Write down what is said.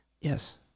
yes